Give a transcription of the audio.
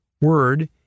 Word